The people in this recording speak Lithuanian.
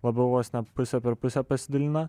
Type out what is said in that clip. labiau vos ne pusę per pusę pasidalina